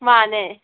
ꯃꯥꯅꯦ